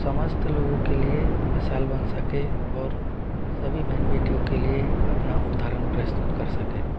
समस्त लोगों के लिए मिसाल बन सके और सभी बहन बेटियों के लिए अपना उदाहरण प्रस्तुत कर सके